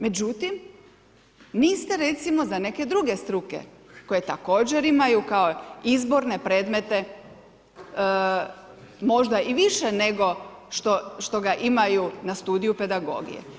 Međutim, niste recimo za neke druge struke koje također imaju kao izborne predmete možda i više nego što ga imaju na studiju pedagogije.